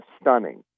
stunning